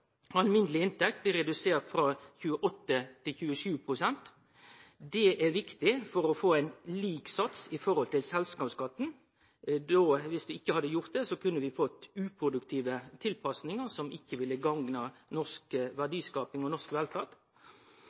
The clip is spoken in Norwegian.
alminneleg inntekt blir redusert frå 28 pst. til 27 pst. Det er viktig for å få ein lik sats i forhold til selskapsskatten. Viss vi ikkje hadde gjort det, kunne vi fått uproduktive tilpassingar som ikkje ville gagna norsk verdiskaping og norsk velferd.